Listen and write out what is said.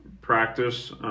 practice